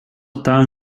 estaba